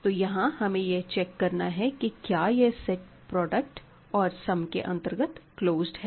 तो यहां हमें यह चेक करना है कि क्या यह सेट प्रोडक्ट और सम के अंतर्गत क्लोज्ड है